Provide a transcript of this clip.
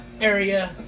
area